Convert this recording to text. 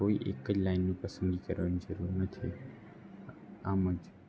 કોઈ એક જ લાઇનની પસંદગી કરવાની જરૂર નથી આમ જ